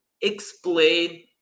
explain